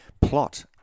plot